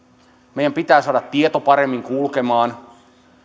meidän pitää saada tieto paremmin kulkemaan